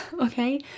okay